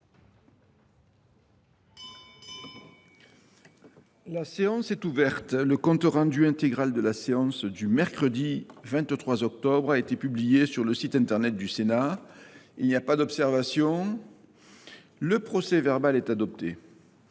La séance est ouverte. Le compte rendu intégral de la séance du jeudi 24 octobre 2024 a été publié sur le site internet du Sénat. Il n’y a pas d’observation ?… Le procès verbal est adopté.